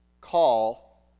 call